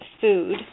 food